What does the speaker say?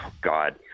God